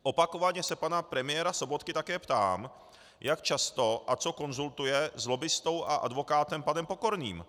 Opakovaně se pana premiéra Sobotky také ptám, jak často a co konzultuje s lobbistou a advokátem panem Pokorným.